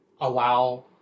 allow